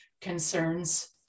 concerns